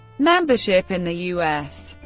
membership in the u s.